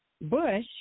Bush